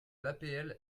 l’apl